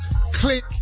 click